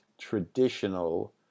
traditional